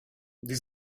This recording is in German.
die